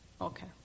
Okay